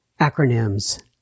Acronyms